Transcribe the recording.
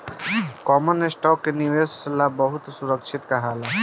common stock के निवेश ला बहुते सुरक्षित कहाला